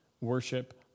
worship